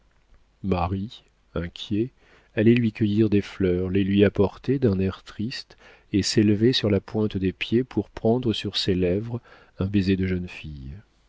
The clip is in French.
marie inquiet allait lui cueillir des fleurs les lui apportait d'un air triste et s'élevait sur la pointe des pieds pour prendre sur ses lèvres un baiser de jeune fille